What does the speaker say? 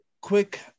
quick